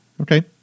Okay